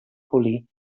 polir